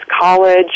college